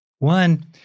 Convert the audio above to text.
One